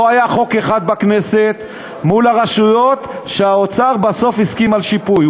לא היה חוק אחד בכנסת מול הרשויות שהאוצר בסוף הסכים על שיפוי.